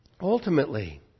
ultimately